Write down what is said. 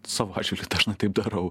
savo atžvilgiu dažnai taip darau